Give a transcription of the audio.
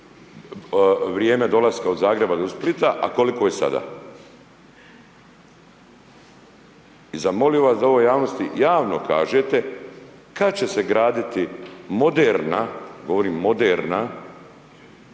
vrijeme dolaska od Zagreba do Splita, a koliko je sada? I zamolio vas da ovo javnosti javno kažete kad će se graditi moderna proeuropska,